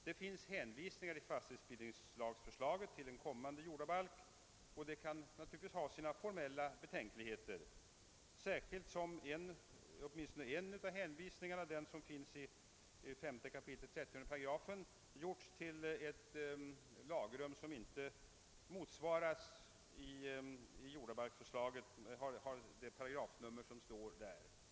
Det finns i förslaget till fastighetsbildningslag hänvisningar till en kommande jordabalk, och det inger naturligtivis betänkligheter från formell synpunkt, särskilt som man gjort åtminstone en hänvisning — den som återfinns i 5 kap. 30 §— till ett lagrum i jordabalken som inte har det paragrafnummer som anges i jordabalkspropositionen.